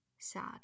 sad